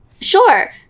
Sure